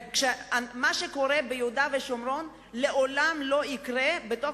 מה שקורה ביהודה ושומרון לעולם לא יקרה בתוך